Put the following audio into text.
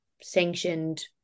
sanctioned